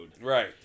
Right